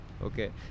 Okay